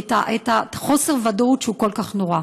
את חוסר הוודאות, שהוא כל כך נורא.